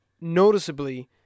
noticeably